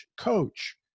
coach